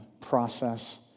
process